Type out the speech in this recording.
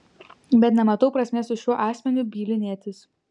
bet nematau prasmės su šiuo asmeniu bylinėtis